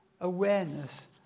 awareness